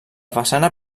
façana